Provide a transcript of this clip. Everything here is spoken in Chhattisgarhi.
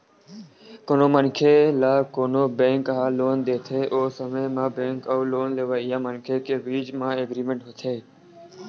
कोनो मनखे ल कोनो बेंक ह लोन देथे ओ समे म बेंक अउ लोन लेवइया मनखे के बीच म एग्रीमेंट होथे